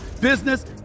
business